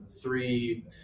three